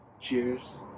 cheers